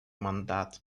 мандат